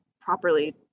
properly